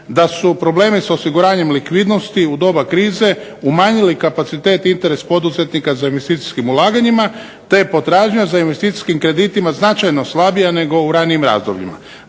da su problemi s osiguranjem likvidnosti u doba krize umanjili kapacitet interes poduzetnika za investicijskim ulaganjima, te je potražnja za investicijskim kreditima značajno slabija u ranijim razdobljima.